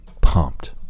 pumped